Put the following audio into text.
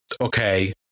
Okay